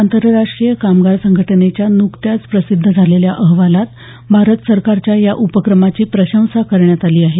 आंतरराष्ट्रीय कामगार संघटनेच्या नुकत्याच प्रसिद्ध झालेल्या अहवालात भारत सरकारच्या या उपक्रमाची प्रशंसा करण्यात आली आहे